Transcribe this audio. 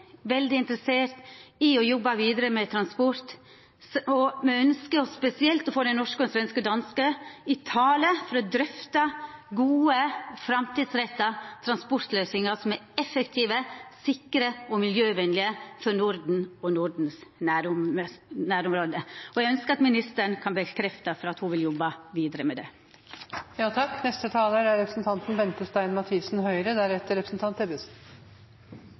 veldig interesserte i å jobba vidare med transport. Me ønskjer spesielt å få dei norske, svenske og danske ministrane i tale for å drøfta gode, framtidsretta transportløysingar som er effektive, sikre og miljøvenlege for Norden og Nordens nærområde. Eg ønskjer at ministeren kan bekrefta at ho vil jobba vidare med det. Jeg opplever at det i salen her er